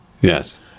Yes